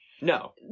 No